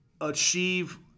achieve